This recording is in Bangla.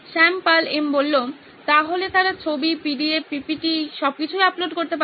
শ্যাম পাল এম তাহলে তারা ছবি পিডিএফ পিপিটি সবকিছুই আপলোড করতে পারবে